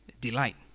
delight